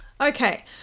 Okay